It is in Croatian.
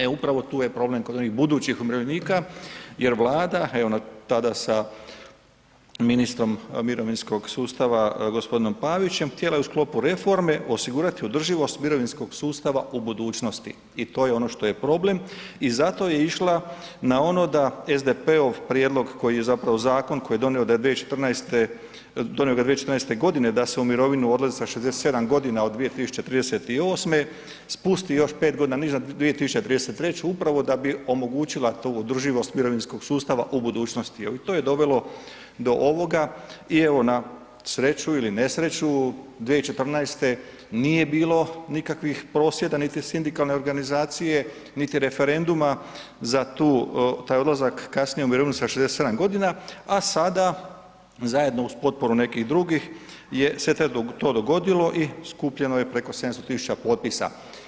E upravo tu je problem kod onih budućih umirovljenika jer Vlada, evo tada sa ministrom mirovinskog sustava, g. Pavićem, htjela je u sklopu reforme osigurati održivost mirovinskog sustava u budućnosti i to je ono što je problem i zato je išla na ono da SDP-ov prijedlog koji je zapravo zakon, donio ga 2014. g. da se u mirovinu odlazi sa 67 g. od 2038., spusti još 5 g. niže, na 2033. upravo da bi omogućila tu održivost mirovinskog sustava u budućnosti i to je dovelo do ovoga i evo na sreću ili nesreću, 2014. nije bilo nikakvih prosvjeda niti sindikalne organizacije niti referenduma za taj odlazak kasnije u mirovinu sa 67 g. a sada zajedno uz potporu nekih drugih je se to dogodilo i skupljeno je preko 700 tisuća potpisa.